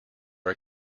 are